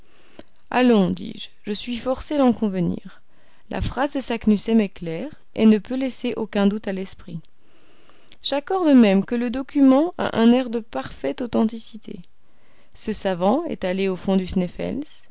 allons dis-je je suis forcé d'en convenir la phrase de saknussemm est claire et ne peut laisser aucun doute à l'esprit j'accorde même que le document a un air de parfaite authenticité ce savant est allé au fond du sneffels